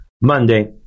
Monday